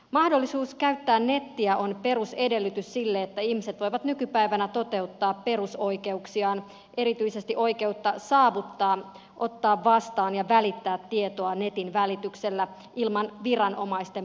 mahdollisuus käyttää nettiä on perusedellytys sille että ihmiset voivat nykypäivänä toteuttaa perusoikeuksiaan erityisesti oi keutta saavuttaa ottaa vastaan ja välittää tietoa netin välityksellä ilman viranomaisten puuttumista